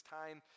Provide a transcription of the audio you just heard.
time